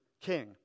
king